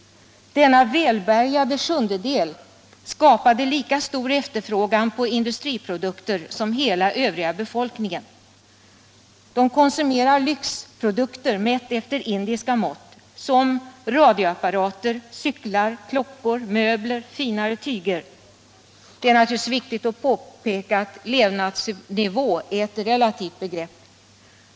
Denna välbärgade sjundedel skapade lika stor efterfrågan på industriprodukter som hela den övriga befolkningen. De konsumerar lyxprodukter, efter indiska mått, såsom radioapparater, cyklar, klockor, möbler, finare tyger. Det är naturligtvis viktigt att påpeka att levnadsnivå är ett relativt begrepp.